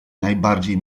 najbardziej